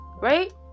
right